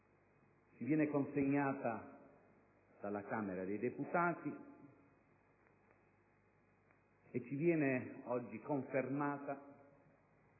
ci viene consegnata dalla Camera dei deputati e ci viene oggi confermata